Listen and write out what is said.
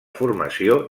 formació